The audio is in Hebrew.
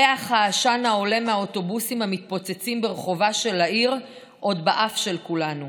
ריח העשן העולה מהאוטובוסים המתפוצצים ברחובה של העיר עוד באף של כולנו,